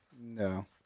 No